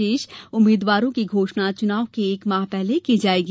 शेष उम्मीदवारों की घोषणा चुनाव के एक माह पहले की जाएगी